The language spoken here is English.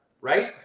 right